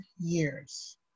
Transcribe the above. years